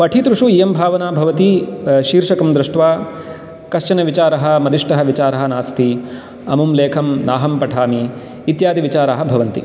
पठितृषु इयं भावना भवति शीर्षकं दृष्ट्वा कश्चन विचारः मदिष्टः विचारः नास्ति अमुं लेखं नाहं पठामि इत्यादि विचाराः भवन्ति